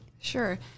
Sure